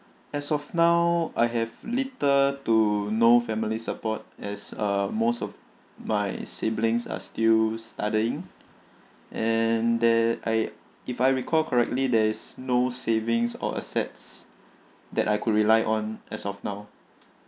as of now I have little to no family support as uh most of my siblings are still studying and that I if I recall correctly there is no savings or assets that I could rely on as of now